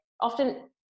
often